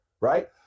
right